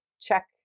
check